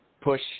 push